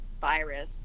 virus